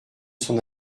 son